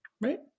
Right